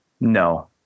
no